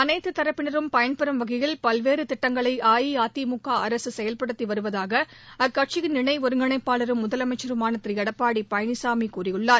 அனைத்துத் தரப்பினரும் பயன்பெறும் வகையில் பல்வேறு திட்டங்களை அஇஅதிமுக அரசு செயல்படுத்தி வருவதாக அக்கட்சியின் இணை ஒருங்கிணைப்பாளரும் முதலமைச்சருமான திரு எடப்பாடி பழனிசாமி கூறியுள்ளார்